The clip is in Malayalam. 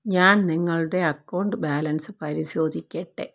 ഞാൻ നിങ്ങളുടെ അക്കൗണ്ട് ബാലൻസ് പരിശോധിക്കട്ടെ